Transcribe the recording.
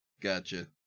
Gotcha